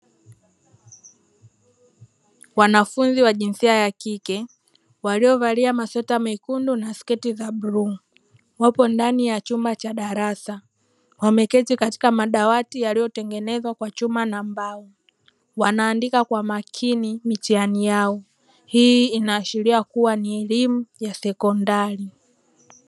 Wanafunzi wa jinsia ya kike waliovalia masweta mekundu na sketi za buluu wapo ndani ya chumba cha darasa, wameketi ndani ya chumba cha darasa kilichotengenezwa kwa chuma na mbao wanaandika kwa makini mitihani yao hii ikionyesha kuwa ni elimu ya sekondari.